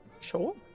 Sure